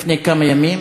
לפני כמה ימים.